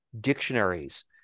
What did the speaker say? dictionaries